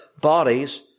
bodies